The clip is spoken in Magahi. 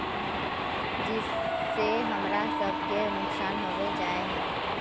जिस से हमरा सब के नुकसान होबे जाय है?